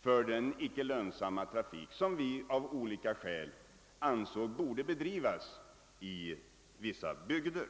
för den icke lönsamma trafik som vi av olika skäl ansåg borde bedrivas i vissa bygder.